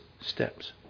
steps